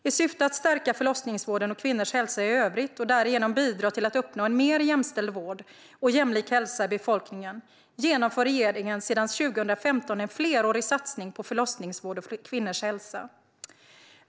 I syfte att stärka förlossningsvården och kvinnors hälsa i övrigt och därigenom bidra till att uppnå en mer jämställd vård och jämlik hälsa i befolkningen genomför regeringen sedan 2015 en flerårig satsning på förlossningsvård och kvinnors hälsa.